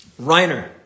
Reiner